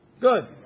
good